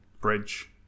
bridge